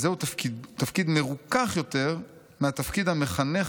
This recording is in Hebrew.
וזהו תפקיד מרוכך יותר מהתפקיד המחנך,